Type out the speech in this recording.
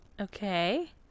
Okay